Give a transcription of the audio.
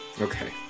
Okay